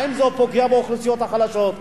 האם זה לא פוגע באוכלוסיות החלשות,